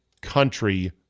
country